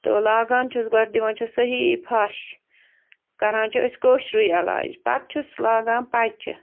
تہٕ لاگان چھُس گۄڈٕ دِوان چھُس صحیٖح فَش کَران چھِ أسۍ کٲشرُے علاج پتہٕ چھُس لاگان پَچہٕ